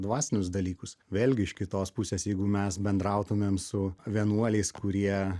dvasinius dalykus vėlgi iš kitos pusės jeigu mes bendrautumėm su vienuoliais kurie